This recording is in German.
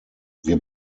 wir